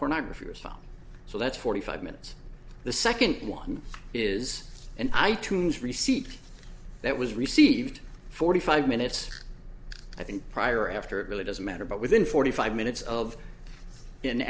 pornographers so that's forty five minutes the second one is an i tunes receipt that was received forty five minutes i think prior after it really doesn't matter but within forty five minutes of an